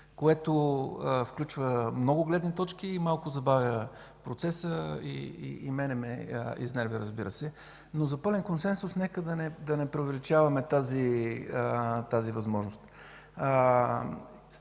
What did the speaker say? което включва много гледни точки и малко забавя процеса, и мен ме изнервя, разбира се, но за пълен консенсус, нека да не преувеличаваме тази възможност.